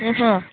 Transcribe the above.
ಹ್ಞೂ ಹ್ಞೂ